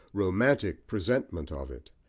romantic presentment of it.